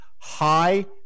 high